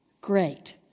Great